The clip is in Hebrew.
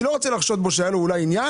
אני לא רוצה לחשוד בו שהיה לו אולי עניין